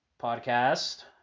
podcast